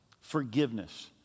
forgiveness